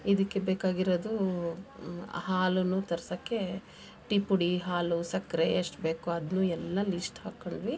ಇದಕ್ಕೆ ಬೇಕಾಗಿರೋದು ಹಾಲನ್ನು ತರ್ಸೋಕ್ಕೆ ಟೀ ಪುಡಿ ಹಾಲು ಸಕ್ಕರೆ ಎಷ್ಟು ಬೇಕು ಅದ್ನೂ ಎಲ್ಲ ಲಿಸ್ಟ್ ಹಾಕ್ಕೊಂಡ್ವಿ